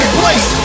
place